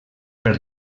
per